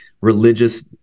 religious